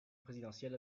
présidentielle